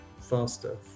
faster